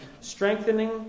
strengthening